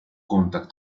contact